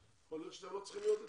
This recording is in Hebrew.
יכול להיות שאתם לא צריכים להיות אצלו.